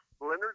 Leonard